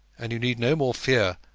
and you need no more fear,